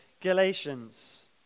Galatians